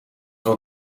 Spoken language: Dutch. wil